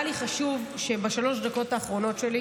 היה לי חשוב, בשלוש הדקות האחרונות שלי,